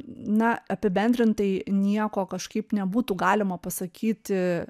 na apibendrintai nieko kažkaip nebūtų galima pasakyti